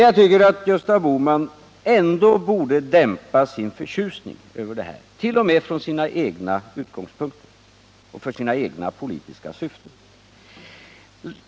Jag tycker att Gösta Bohman ändå borde dämpa sin förtjusning över det här, t.o.m. från sina egna utgångspunkter och för sina egna politiska syften.